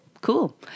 cool